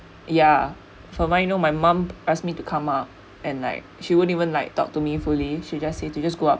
ya for my know my mum asked me to come out and like she wouldn't even like talk to me fully she just say she just go up